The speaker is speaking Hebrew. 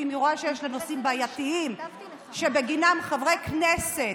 אם היא רואה שיש לה נושאים בעייתיים שבגינם חברי כנסת,